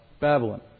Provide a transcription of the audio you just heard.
Babylon